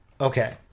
Okay